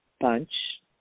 bunch